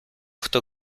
хто